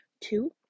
two